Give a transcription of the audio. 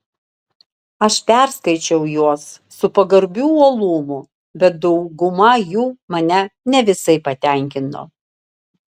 aš perskaičiau juos su pagarbiu uolumu bet dauguma jų mane ne visai patenkino